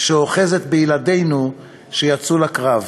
שאוחזת בילדינו שיצאו לקרב,